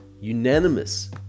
unanimous